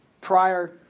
prior